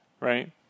right